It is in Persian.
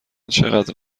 چقدر